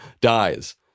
dies